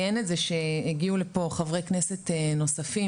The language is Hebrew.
אציין את זה שהגיעו לכאן חברי כנסת נוספים